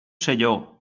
selló